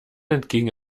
entgegen